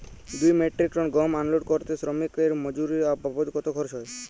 দুই metric ton গম unload করতে শ্রমিক এর মজুরি বাবদ কত খরচ হয়?